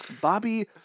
Bobby